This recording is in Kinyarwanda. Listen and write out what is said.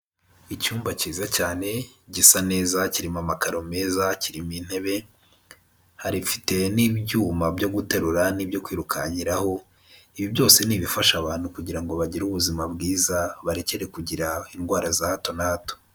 Icyumba cyiza cyane, gisa neza ,kirimo amakaro meza, kiririmo intebe, hari mfite n'ibyuma byo guterura n'ibyo kwirukankiraho, ibi byose ni ibifasha abantu kugira ngo bagire ubuzima bwiza, barekere kugira indwara za hato na hato.